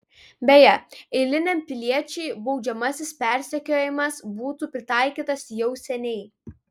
beje eiliniam piliečiui baudžiamasis persekiojimas būtų pritaikytas jau seniai